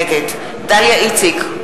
נגד דליה איציק,